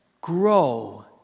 grow